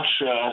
Russia